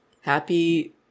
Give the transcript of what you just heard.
happy